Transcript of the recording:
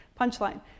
punchline